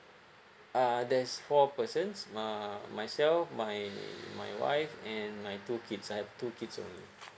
uh there's four persons uh myself my my wife and my two kids I have two kids only